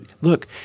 look